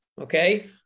okay